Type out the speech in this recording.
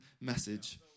message